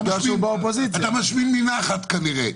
אתה משמין מנחת כנראה.